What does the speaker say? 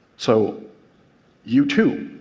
so you, too,